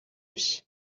биш